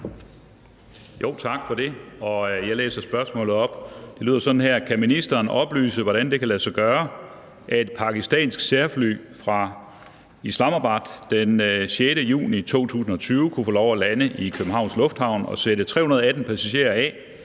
(omtrykt) 1) Til justitsministeren af: Peter Skaarup (DF): Kan ministeren oplyse, hvordan det kan lade sig gøre, at et pakistansk særfly fra Islamabad den 6. juni 2020 kunne få lov at lande i Københavns Lufthavn og sætte 318 passagerer af,